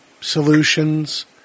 solutions